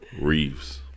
Reeves